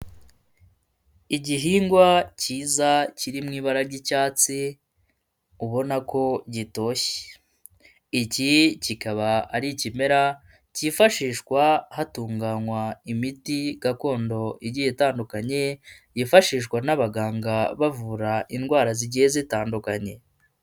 Igihingwa kiza kiri mu ibara ry'icyatsi ubona ko gitoshye, iki kikaba ari ikimera cyifashishwa hatunganywa imiti gakondo igiye itandukanye, yifashishwa n'abaganga bavura indwara zigiye zitandukanye.